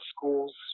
schools